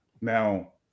Now